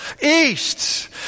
East